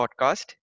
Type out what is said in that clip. Podcast